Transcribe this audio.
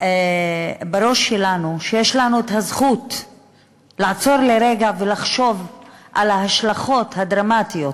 בראש שלנו שיש לנו זכות לעצור לרגע ולחשוב על ההשלכות הדרמטיות